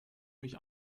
mich